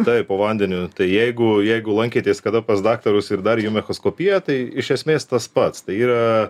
taip po vandeniu tai jeigu jeigu lankėtės kada pas daktarus ir darė jum echoskopiją tai iš esmės tas pats tai yra